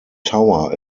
tower